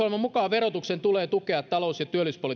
verotuksen tulee tukea talous ja työllisyyspolitiikalle asetettuja